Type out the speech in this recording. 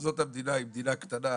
זאת המדינה, היא מדינה קטנה,